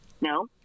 No